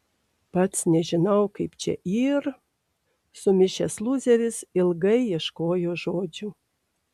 pats nežinau kaip čia yr sumišęs lūzeris ilgai ieškojo žodžių